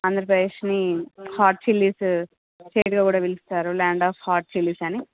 ఆంధ్రప్రదేశ్ని hot chillies పేరుతో కూడా పిలుస్తారు ల్యాండ్ ఆఫ్ చిల్లీస్ అని